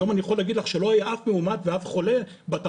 היום אני יכול להגיד לך שלא היה אף מאומת ואף חולה בתערוכות,